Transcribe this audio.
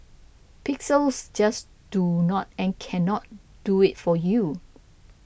pixels just do not and cannot do it for you